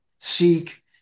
seek